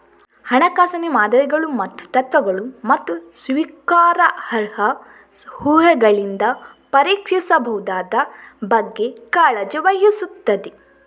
ಹಣಕಾಸಿನ ಮಾದರಿಗಳು ಮತ್ತು ತತ್ವಗಳು, ಮತ್ತು ಸ್ವೀಕಾರಾರ್ಹ ಊಹೆಗಳಿಂದ ಪರೀಕ್ಷಿಸಬಹುದಾದ ಬಗ್ಗೆ ಕಾಳಜಿ ವಹಿಸುತ್ತದೆ